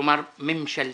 כלומר, ממשלתי.